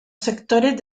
sectores